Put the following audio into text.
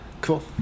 Cool